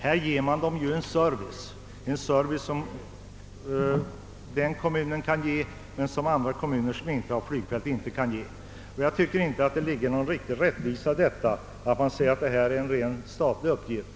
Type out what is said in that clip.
Kommunen ger dem ju en service som bara den kan erbjuda till skillnad från andra kommuner som inte har flygfält. Därför är det inte riktigt rättvist att påstå att detta är en rent statlig uppgift.